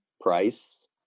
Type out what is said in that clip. price